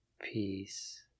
Peace